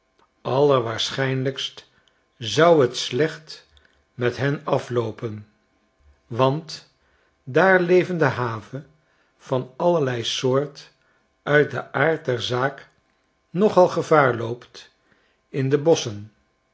allerwaarschijnlijkst zou t slecht met hen afloopen want daar levende have van allerlei soort uit den aard der zaak nogal gevaar loopt in de bosschen